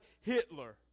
hitler